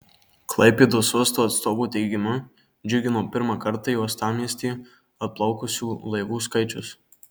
klaipėdos uosto atstovų teigimu džiugino pirmą kartą į uostamiestį atplaukusių laivų skaičius